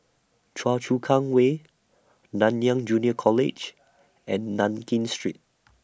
Choa Chu Kang Way Nanyang Junior College and Nankin Street